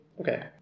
Okay